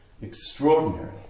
extraordinary